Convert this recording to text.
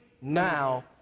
now